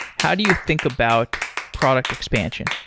how do you think about product expansion?